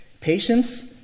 Patience